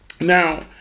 Now